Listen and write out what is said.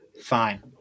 fine